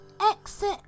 Exit